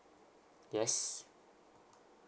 yes